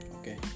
okay